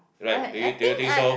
right do you do you think so